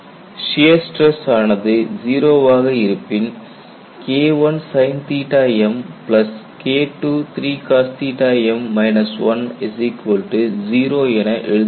shear stress ஆனது 0 வாக இருப்பின் K1sinmKII0 என எழுதப்படுகிறது